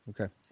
okay